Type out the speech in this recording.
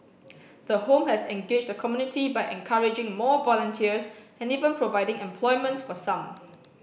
the home has engaged the community by encouraging more volunteers and even providing employment for some